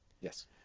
Yes